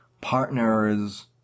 partners